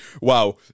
wow